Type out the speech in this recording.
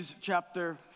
chapter